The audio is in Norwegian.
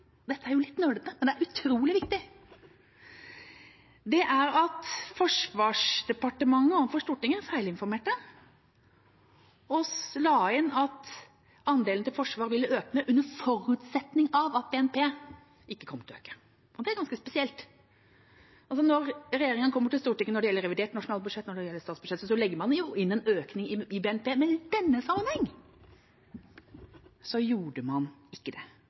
utrolig viktig – at Forsvarsdepartementet feilinformerte Stortinget og la inn at andelen til forsvar ville øke under forutsetning av at BNP ikke kom til å øke. Det er ganske spesielt. Når regjeringa kommer til Stortinget når det gjelder revidert nasjonalbudsjett, når det gjelder statsbudsjettet, legger man inn en økning i BNP, men i denne sammenheng gjorde man ikke det.